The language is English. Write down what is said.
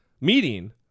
meeting